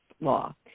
law